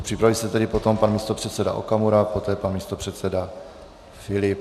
Připraví se tedy potom pan místopředseda Okamura a poté pan místopředseda Filip.